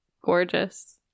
gorgeous